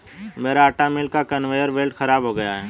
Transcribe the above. मेरे आटा मिल का कन्वेयर बेल्ट खराब हो गया है